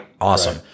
awesome